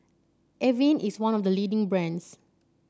Avene is one of the leading brands